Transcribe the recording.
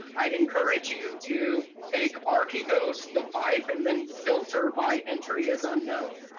i'd encourage you to take archegos, the pipe, and then filter by entry is unknown.